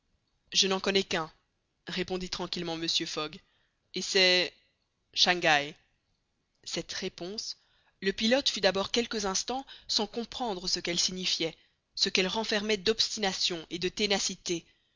je n'en connais qu'un répondit tranquillement mr fogg et c'est shangaï cette réponse le pilote fut d'abord quelques instants sans comprendre ce qu'elle signifiait ce qu'elle renfermait d'obstination et de ténacité